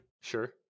sure